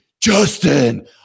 Justin